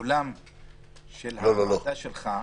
האולם של הוועדה שלך,